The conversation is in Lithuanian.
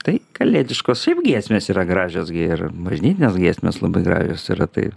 tai kalėdiškos šiaip giesmės yra gražios ir bažnytinės giesmės labai gražios yra tai